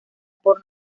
por